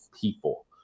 people